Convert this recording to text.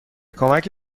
کمک